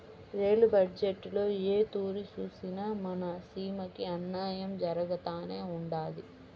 rail బజ్జెట్టులో ఏ తూరి సూసినా మన సీమకి అన్నాయం జరగతానే ఉండాది